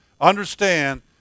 understand